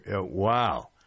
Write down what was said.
wow